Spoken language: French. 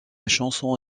chanson